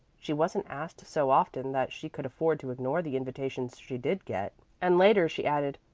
she wasn't asked so often that she could afford to ignore the invitations she did get. and later she added,